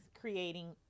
creating